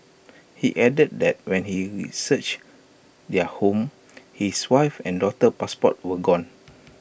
he added that when he researched their home his wife's and daughter's passports were gone